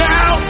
Now